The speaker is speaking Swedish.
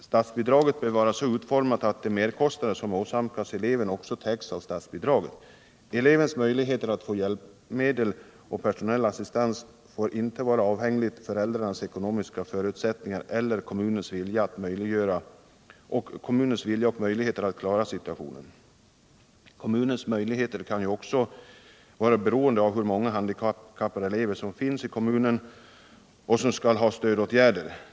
Statsbidraget bör vara så utformat, att de merkostnader som åsamkas eleven också täcks av statsbidraget. Elevens möjligheter att få hjälpmedel och personell assistans får inte vara avhängiga av föräldrarnas ekonomiska förutsättningar eller kommunens vilja och möjligheter att klara situationen. Kommunens möjligheter kan ju också bero på hur många handikappade elever som finns i kommunen och som skall ha stödåtgärder.